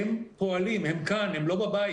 הם פועלים, הם כאן הם לא בבית.